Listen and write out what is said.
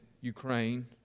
Ukraine